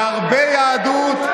נרבה יהדות,